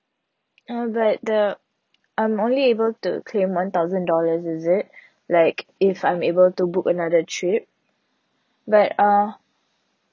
uh but the I'm only able to claim one thousand dollars is it like if I'm able to book another trip but uh